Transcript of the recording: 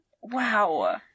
wow